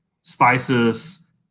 spices